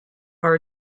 are